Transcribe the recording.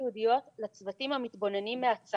הייתי מאוד רוצה להוסיף לדיון הזה,